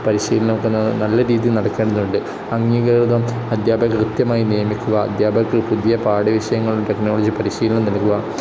പരിശീലനമൊക്കെ നല്ല രീതിയിൽ നടക്കേണ്ടതുണ്ട് അംഗീകൃത അധ്യാപകരെ കൃത്യമായി നിയമിക്കുക അധ്യാപകര്ക്ക് പുതിയ പാഠ്യവിഷയങ്ങളും ടെക്നോളജി പരിശീലനവും നൽകുക